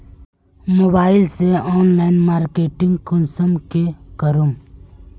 Mobile से online marketing कुंसम के करूम?